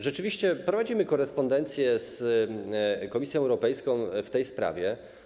Rzeczywiście prowadzimy korespondencję z Komisją Europejską w tej sprawie.